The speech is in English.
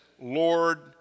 Lord